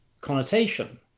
connotation